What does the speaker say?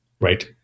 right